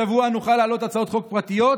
השבוע נוכל להעלות הצעות חוק פרטיות,